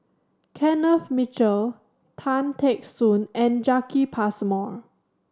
Kenneth Mitchell Tan Teck Soon and Jacki Passmore